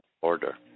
order